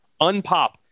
unpop